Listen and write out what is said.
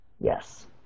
yes